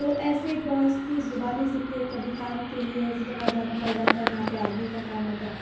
تو ایسے بہت سی زبانیں سیکھتے ہیں کبھی کام کے لیے ایسی جگہ جانا پڑ جاتا ہے جہاں پہ عربی کا کام ہوتا ہے